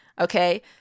Okay